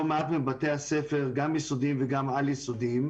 מעט מבתי הספר גם יסודיים וגם על יסודיים,